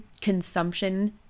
consumption